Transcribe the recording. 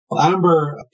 Amber